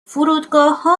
فرودگاهها